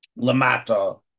Lamata